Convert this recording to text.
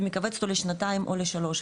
ומכווץ אותם לשנתיים או ל-3,